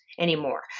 anymore